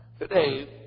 Today